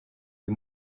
uyu